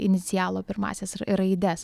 inicialo pirmąsias raides